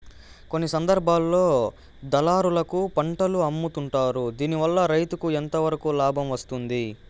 కొన్ని సందర్భాల్లో దళారులకు పంటలు అమ్ముతుంటారు దీనివల్ల రైతుకు ఎంతవరకు లాభం వస్తుంది?